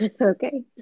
Okay